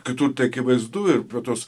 kitur tai akivaizdu ir prie tos